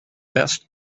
best